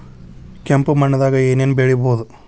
ಕೆಂಪು ಮಣ್ಣದಾಗ ಏನ್ ಏನ್ ಬೆಳಿಬೊದು?